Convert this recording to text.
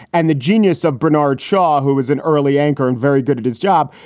and the genius of bernard shaw, who was an early anchor and very good at his job,